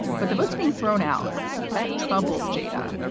but the votes being thrown out that troubled jada,